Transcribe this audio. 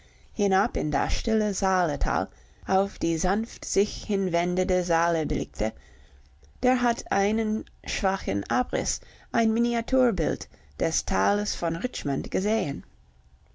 hinab in das stille saale tal auf die sanft sich hinwindende saale blickte der hat einen schwachen abriß ein miniaturbild des tales von richmond gesehen